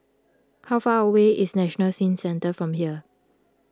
how far away is National Skin Centre from here